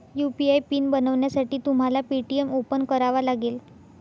UPI PIN बनवण्यासाठी तुम्हाला Paytm open करावा लागेल